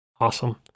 awesome